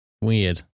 Weird